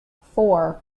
four